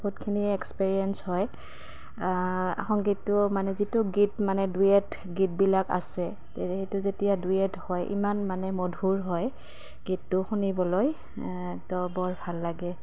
বহুতখিনি এক্সপেৰিয়েন্ঞ্চ হয় সংগীতটো মানে যিটো গীত মানে ডুৱেট গীতবিলাক আছে সেইটো যেতিয়া ডুৱেট হয় ইমান মানে মধুৰ হয় গীতটো শুনিবলৈ তো বৰ ভাল লাগে